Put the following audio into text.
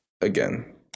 again